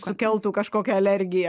sukeltų kažkokią alergiją